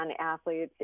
athletes